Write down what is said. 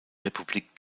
republik